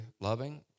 loving